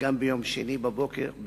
וגם ביום שני בבוקר,